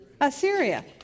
Assyria